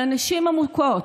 על הנשים המוכות,